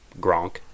Gronk